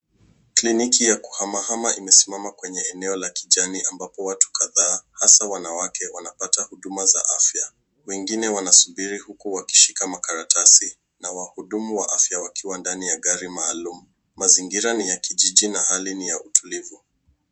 Kliniki ya kuhamahama imesimama kwenye eneo la kijani ambapo watu kadhaa hasa wanawake wanapata huduma za afya. Wengine wanasubiri huku wakishika makaratasi na wahudumu wa afya wakiwa ndani ya gari maalum. Mazingira ni ya kijiji na hali ni ya utulivu.